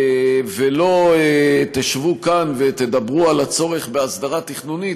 ולא תשבו כאן ותדברו על הצורך בהסדרה תכנונית,